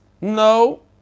No